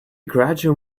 gradual